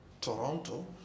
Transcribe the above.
Toronto